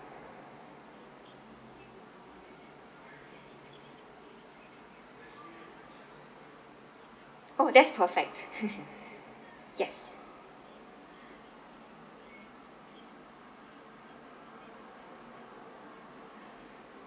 oh that's perfect yes